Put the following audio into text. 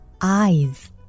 eyes